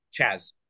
Chaz